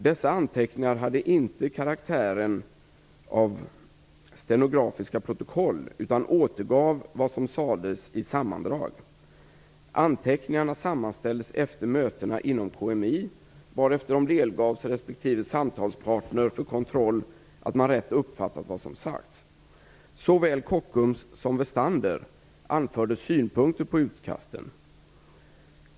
Dessa anteckningar hade inte karaktären av stenografiska protokoll utan återgav vad som sades i sammandrag. Anteckningarna sammanställdes efter mötena inom KMI, varefter de delgavs respektive samtalspartner för kontroll att man rätt uppfattat vad som sagts. Såväl Kockums som Westander anförde synpunkter på utkasten.